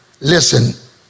listen